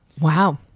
Wow